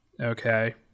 Okay